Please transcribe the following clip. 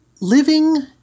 living